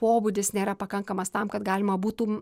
pobūdis nėra pakankamas tam kad galima būtų